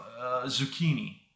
zucchini